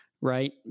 right